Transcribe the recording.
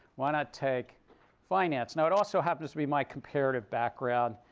why not take finance. now it also happens to be my comparative background.